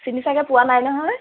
চিনি ছাগৈ পোৱা নাই নহয়